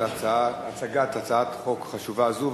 על הצגת הצעת חוק חשובה זו.